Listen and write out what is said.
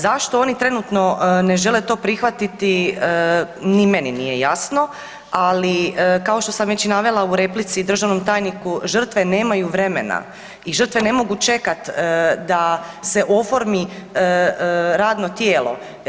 Zašto oni trenutno ne žele to prihvatiti, ni meni nije jasno ali kao što sam već i navela u replici državnom tajniku, žrtve nemaju vremena i žrtve ne mogu čekat da se oformi radno tijelo.